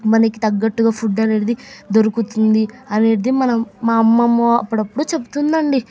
మనకి తగ్గట్టుగా ఫుడ్ అనేది దొరుకుతుంది అనేది మనం మా అమ్మమ్మ అప్పుడప్పుడు చెప్తుందండి